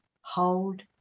hold